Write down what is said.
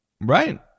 Right